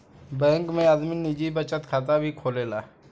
bank में आदमी निजी बचत खाता भी खोलेला